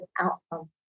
outcome